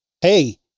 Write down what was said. Hey